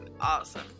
awesome